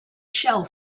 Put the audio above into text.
shell